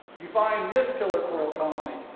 you find this pillar coral colony.